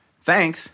Thanks